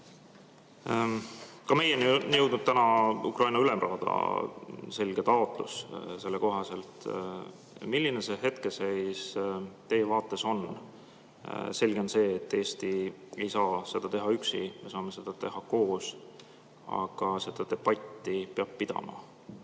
Ka meieni on jõudnud täna Ukraina Ülemraada selge taotlus selle kohta. Milline see hetkeseis teie vaates on? Selge on see, et Eesti ei saa seda teha üksi, me saame seda teha koos. Aga debatti peab pidama.